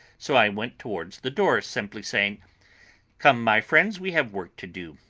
so i went towards the door, simply saying come, my friends, we have work to do.